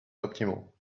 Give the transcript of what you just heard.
optimal